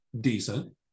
decent